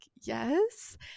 yes